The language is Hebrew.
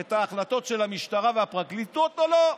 את ההחלטות של המשטרה והפרקליטות או לא.